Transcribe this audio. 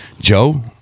Joe